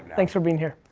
thanks for being here.